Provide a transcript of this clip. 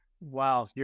wow